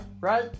right